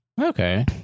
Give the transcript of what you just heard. Okay